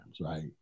right